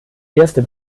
erste